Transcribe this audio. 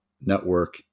network